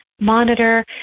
monitor